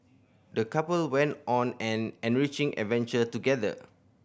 the couple went on an enriching adventure together